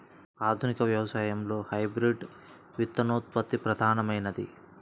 ఆధునిక వ్యవసాయంలో హైబ్రిడ్ విత్తనోత్పత్తి ప్రధానమైనది